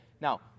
Now